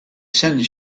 sends